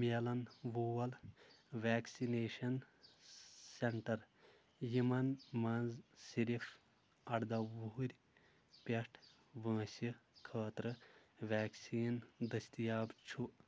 مِلَن وول vaccination centre یِمن منٛز صِرف اَرداہ وُہٕرۍ پٮ۪ٹھ وٲنٛسہِ خٲطرٕ وٮ۪کسیٖن دٔستِیاب چھُ